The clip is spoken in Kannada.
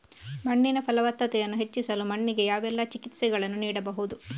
ಮಣ್ಣಿನ ಫಲವತ್ತತೆಯನ್ನು ಹೆಚ್ಚಿಸಲು ಮಣ್ಣಿಗೆ ಯಾವೆಲ್ಲಾ ಚಿಕಿತ್ಸೆಗಳನ್ನು ನೀಡಬಹುದು?